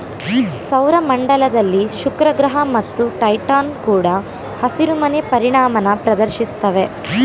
ಸೌರ ಮಂಡಲದಲ್ಲಿ ಶುಕ್ರಗ್ರಹ ಮತ್ತು ಟೈಟಾನ್ ಕೂಡ ಹಸಿರುಮನೆ ಪರಿಣಾಮನ ಪ್ರದರ್ಶಿಸ್ತವೆ